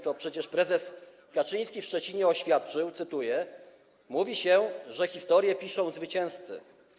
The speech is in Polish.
To przecież prezes Kaczyński w Szczecinie oświadczył, cytuję: Mówi się, że historię piszą zwycięzcy.